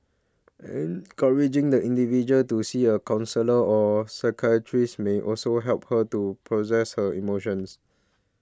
encouraging the individual to see a counsellor or psychiatrist may also help her to process her emotions